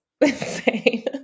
insane